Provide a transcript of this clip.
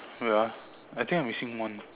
wait ah I think I'm missing one